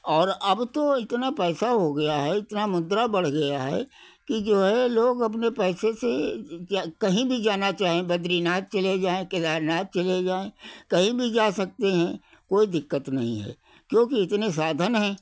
और अब तो इतना पैसा हो गया है इतना मुद्रा बढ़ गया है कि जो है लोग अपने पैसे से क्या कहीं भी जाना चाहें बद्रीनाथ चले जाए केदारनाथ चले जाएँ कहीं भी जा सकते हैं कोई दिक्कत नहीं है क्योंकि इतने साधन हैं